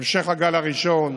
המשך הגל הראשון,